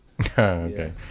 okay